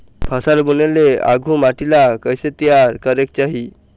फसल बुने ले आघु माटी ला कइसे तियार करेक चाही?